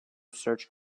search